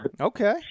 Okay